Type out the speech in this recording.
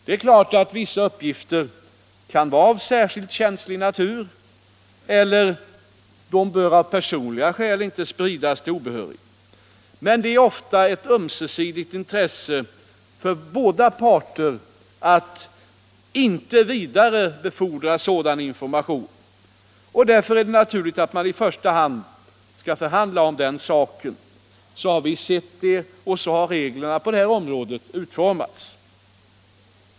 Det är klart att vissa uppgifter kan vara av särskilt känslig natur eller att de av personliga skäl inte bör spridas till obehöriga. Men det är ofta ett ömsesidigt intresse för båda parter att inte vidarebefordra sådan information, och därför är det naturligt att man i första hand skall förhandla om den saken. Så har vi sett det och så har reglerna på det här området utformats.